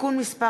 (תיקון מס'